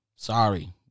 Sorry